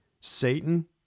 Satan